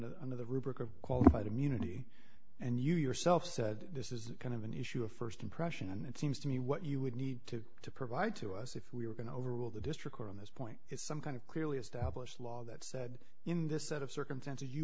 of under the rubric of qualified immunity and you yourself said this is kind of an issue of st impression and it seems to me what you would need to to provide to us if we were going to overrule the district court on this point is some kind of clearly established law that said in this set of circumstances you